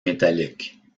métallique